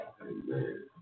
Amen